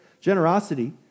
generosity